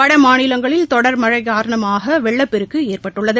வடமாநிலங்களில் தொடர் மழைகாரணமாகவெள்ளப்பெருக்குஏற்பட்டுள்ளது